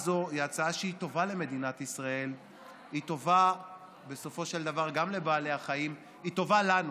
כי אם יש לו את התעוזה ואת היכולת לפגוע בבעל חיים בצורה כזאת,